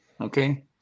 okay